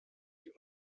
die